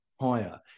higher